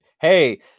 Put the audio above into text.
hey